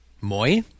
Moi